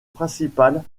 principale